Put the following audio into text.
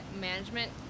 management